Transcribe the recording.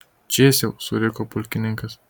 čėsiau suriko pulkininkas